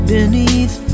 Beneath